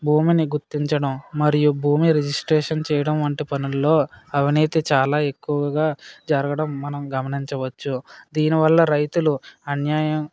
భూమిని గుర్తించడం మరియు భూమి రిజిస్ట్రేషన్ చేయడం వంటి పనుల్లో అవినీతి చాలా ఎక్కువగా జరగడం మనం గమనించవచ్చు దీనివల్ల రైతులు అన్యాయం